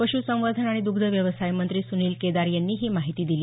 पशुसंवर्धन आणि दग्धव्यवसात मंत्री सुनिल केदार यांनी ही माहिती दिली